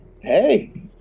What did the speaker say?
Hey